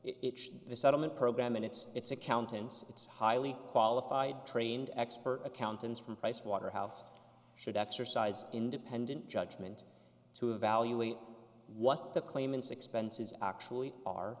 it the settlement program and its its accountants its highly qualified trained expert accountants from pricewaterhouse should exercise independent judgment to evaluate what the claimants expenses actually are